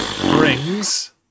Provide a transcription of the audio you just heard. brings